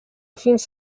fins